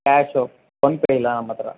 cash PhonePe ಇಲ್ಲ ನಮ್ಮ ಹತ್ರ